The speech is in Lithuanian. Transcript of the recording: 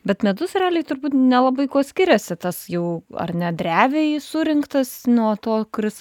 bet medus realiai turbūt nelabai kuo skiriasi tas jau ar ne drevėj surinktas nuo to kuris